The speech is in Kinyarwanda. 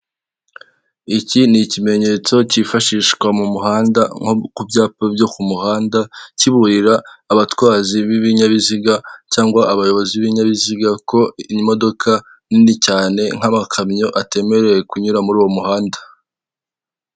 Imodoka isa umukara irimo irinjira mu muhanda wa kaburimbo imbere yaho hari icyapa gisa umutuku cy'umurongo w'itumanaho wa Eyateri iruhande hakaba hari igipangu cy'icyatsi kiriho urukuta rw'umweru hari amatafari ya ruriba n'ibyapa byo mu muhanda bikoreshejwe ibyuma, imodoka ziri imbere hari n'igikuta cyanditseho mitsingi.